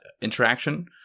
interaction